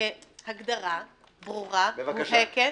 כהגדרה ברורה, מובהקת.